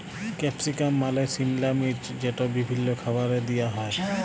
capsicum মালে সিমলা মির্চ যেট বিভিল্ল্য খাবারে দিঁয়া হ্যয়